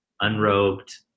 unrobed